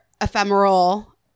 ephemeral